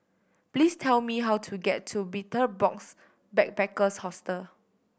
please tell me how to get to Betel Box Backpackers Hostel